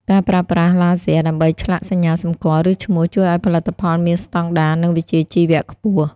ការប្រើប្រាស់ឡាស៊ែរដើម្បីឆ្លាក់សញ្ញាសម្គាល់ ឬឈ្មោះ ជួយឱ្យផលិតផលមានស្តង់ដារ និងវិជ្ជាជីវៈខ្ពស់។